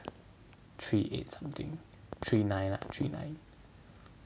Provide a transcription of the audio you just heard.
three eight something three nine lah three nine